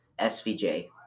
SVJ